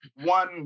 one